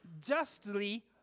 justly